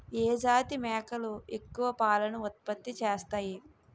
ఏ జాతి మేకలు ఎక్కువ పాలను ఉత్పత్తి చేస్తాయి?